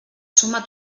suma